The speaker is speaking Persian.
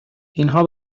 اینها